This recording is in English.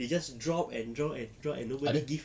they just drop and drop and drop and nobody give